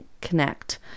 connect